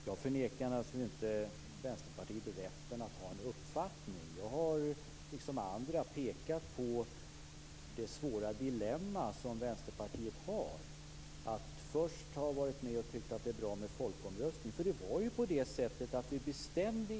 Fru talman! Jag förnekar naturligtvis inte Vänsterpartiet rätten att ha en uppfattning. Jag har, liksom andra, pekat på det svåra dilemma som Vänsterpartiet har, nämligen att först ha tyckt att det är bra med folkomröstning.